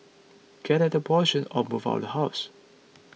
get an abortion or move out the house